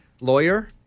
Lawyer